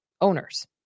owners